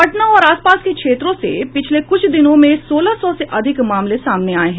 पटना और आसपास के क्षेत्रों से पिछले कुछ दिनों में सोलह सौ से अधिक मामले सामने आये हैं